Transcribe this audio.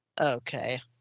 Okay